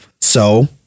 So-